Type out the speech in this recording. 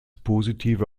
positive